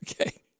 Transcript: Okay